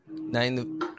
nine